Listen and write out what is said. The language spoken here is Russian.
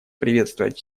приветствовать